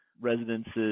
residences